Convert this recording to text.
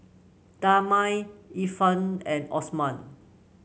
Damia Irfan and Osman